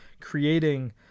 creating